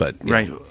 Right